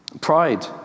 Pride